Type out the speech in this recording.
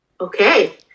okay